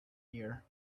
year